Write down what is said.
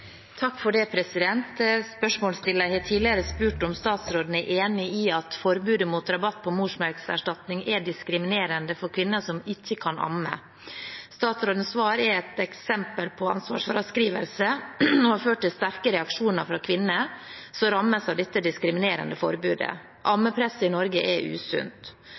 diskriminerende for kvinner som ikke kan amme. Statsrådens svar er et eksempel på ansvarsfraskrivelse, og har ført til sterke reaksjoner fra kvinner som rammes av dette diskriminerende forbudet. Ammepresset i Norge er usunt.